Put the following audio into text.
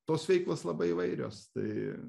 tos veiklos labai įvairios tai